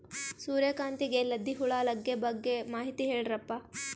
ಸೂರ್ಯಕಾಂತಿಗೆ ಲದ್ದಿ ಹುಳ ಲಗ್ಗೆ ಬಗ್ಗೆ ಮಾಹಿತಿ ಹೇಳರಪ್ಪ?